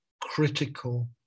critical